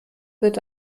wird